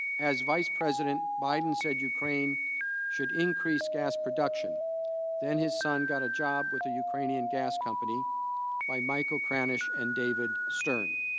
as vice president biden said ukraine should increase gas production than his son got a job with the ukrainian gas company by michael cram ish and david stern